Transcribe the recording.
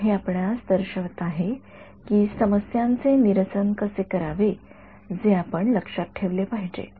तर हे आपणास दर्शवित आहे की समस्यांचे निरसन कसे करावे जे आपण लक्षात ठेवले पाहिजे